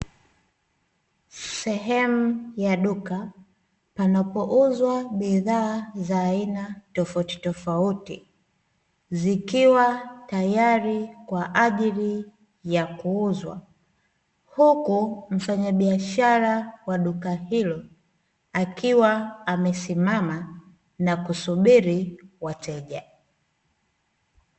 Sehemu ya duka panapouzwa bidhaa za aina tofauti tofauti, zikiwa tayari kwa ajili ya kuuzwa huku mfanya biashara wa duka hilo akiwa amesimama na kusubiri wateja.